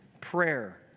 prayer